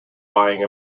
buying